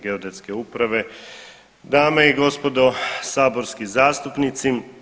geodetske uprave, dame i gospodo saborski zastupnici.